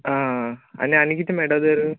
आं आनी आनी कितें मेळटा तर